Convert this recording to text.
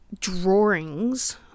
drawings